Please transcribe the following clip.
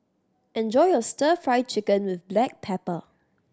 enjoy your Stir Fry Chicken with black pepper